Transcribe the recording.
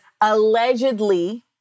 allegedly